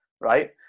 right